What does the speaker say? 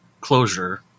closure